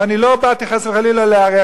ואני לא באתי חס וחלילה לערער.